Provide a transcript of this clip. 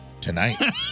tonight